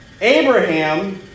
Abraham